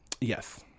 Yes